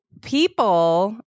people